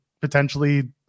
potentially